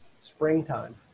springtime